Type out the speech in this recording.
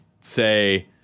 say